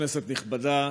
כנסת נכבדה,